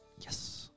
yes